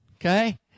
Okay